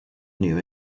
knew